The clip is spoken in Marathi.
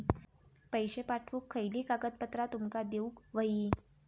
पैशे पाठवुक खयली कागदपत्रा तुमका देऊक व्हयी?